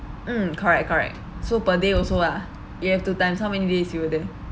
mm correct correct so per day also ah you have to times how many days you were there